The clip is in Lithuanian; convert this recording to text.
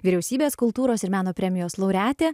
vyriausybės kultūros ir meno premijos laureatė